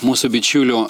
mūsų bičiulių